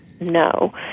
No